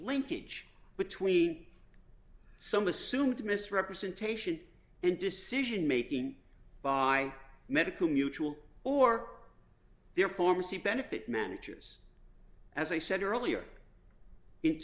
linkage between some assumed misrepresentation and decision making by medical mutual or their former c benefit managers as i said earlier in